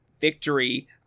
Victory